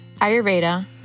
Ayurveda